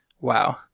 Wow